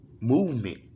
movement